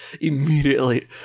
immediately